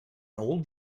old